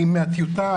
האם מהטיוטה,